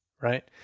Right